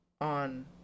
on